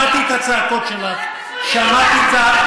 פנינה, שמעתי את הצעקות שלך, שמעתי את,